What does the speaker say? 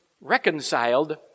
reconciled